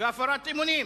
ובהפרת אמונים,